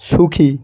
সুখী